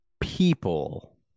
people